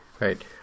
right